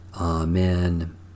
Amen